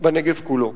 בנגב כולו.